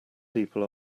people